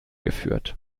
geführt